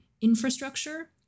infrastructure